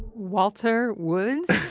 walter woods?